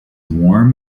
warm